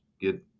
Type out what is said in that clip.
get